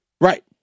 Right